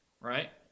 right